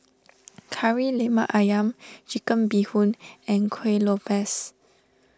Kari Lemak Ayam Chicken Bee Hoon and Kuih Lopes